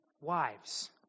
wives